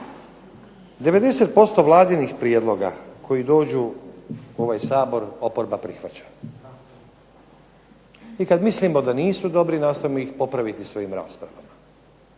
90% Vladinih prijedloga koji dođu u ovaj Sabor oporba prihvaća i kad mislimo da nisu dobri nastojimo ih popraviti svojim raspravama.